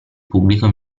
pubblico